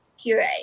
Puree